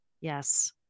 yes